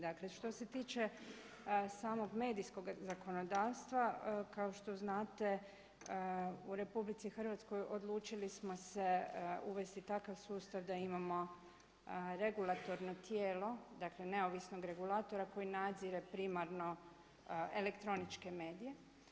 Dakle, što se tiče samog medijskoga zakonodavstva kao što znate u RH odlučili smo se uvesti takav sustav da imamo regulatorno tijelo, dakle neovisnog regulatora koji nadzire primarno elektroničke medije.